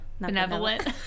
benevolent